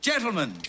Gentlemen